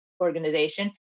organization